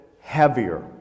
heavier